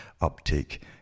uptake